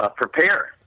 ah prepare,